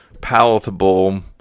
palatable